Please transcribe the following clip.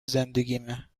زندگیمه